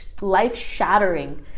life-shattering